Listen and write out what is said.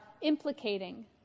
implicating